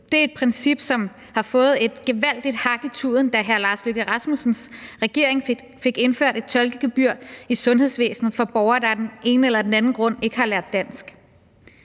Det er et princip, som fik et gevaldigt hak i tuden, da hr. Lars Løkke Rasmussens regering fik indført et tolkegebyr i sundhedsvæsenet for borgere, der af den ene eller den anden grund ikke har lært dansk.